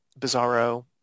Bizarro